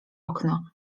okno